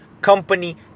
company